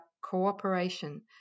cooperation